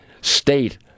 State